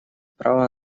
право